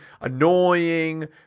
annoying